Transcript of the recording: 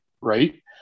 Right